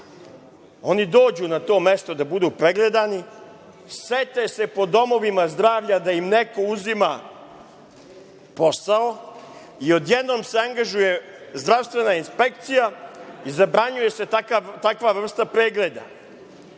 dođu na to mesto da budu pregledani, sete se po domovima zdravlja da im neko uzima posao i odjednom se angažuje zdravstvena inspekcija i zabranjuje se takva vrsta pregleda. Onda